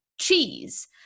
cheese